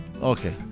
Okay